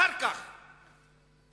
אחר כך